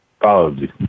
Apologies